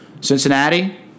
Cincinnati